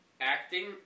acting